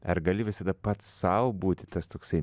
ar gali visada pats sau būti tas toksai